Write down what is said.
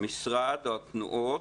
המשרד או התנועות?